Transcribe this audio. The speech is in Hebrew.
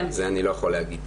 את זה אני לא יכול להגיד.